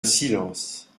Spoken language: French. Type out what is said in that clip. silence